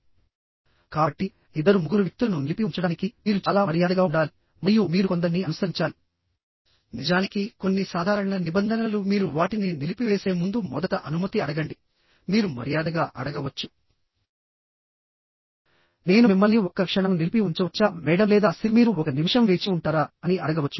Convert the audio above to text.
కాబట్టి ఇద్దరు ముగ్గురు వ్యక్తులను నిలిపి ఉంచడానికి మీరు చాలా మర్యాదగా ఉండాలి మరియు మీరు కొందరిని అనుసరించాలి నిజానికి కొన్ని సాధారణ నిబంధనలు మీరు వాటిని నిలిపివేసే ముందు మొదట అనుమతి అడగండి మీరు మర్యాదగా అడగవచ్చు నేను మిమ్మల్ని ఒక్క క్షణం నిలిపి ఉంచవచ్చా మేడమ్ లేదా సిర్ మీరు ఒక నిమిషం వేచి ఉంటారా అని అడగవచ్చు